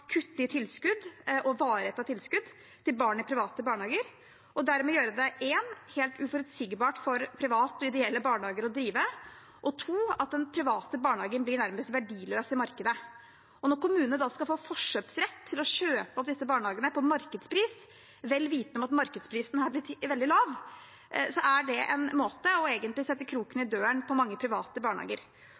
i tilskudd og i varigheten av tilskudd til barn i private barnehager og dermed 1) gjøre det helt uforutsigbart for private og ideelle barnehager å drive og 2) gjøre det slik at den private barnehagen blir nærmest verdiløs i markedet. Når kommunene da skal få forkjøpsrett til å kjøpe opp disse barnehagene til markedspris, vel vitende om at markedsprisen har blitt veldig lav, er det en måte å sette kroken på døren for mange private barnehager.